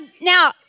now